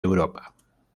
europa